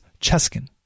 Cheskin